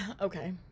Okay